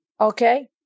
Okay